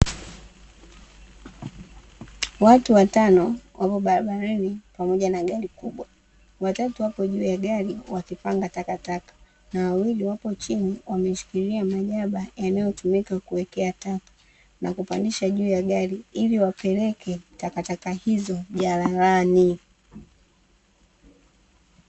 Watu watano wamo barabarani pamoja na gari kubwa, wa tatu wapo juu ya gari wakipanga takataka na wawili wapo chini wameshikilia majaba yanayo tumika kuwekea taka nakupandisha juu ya gari ili wapeleke takataka hizo jalalani.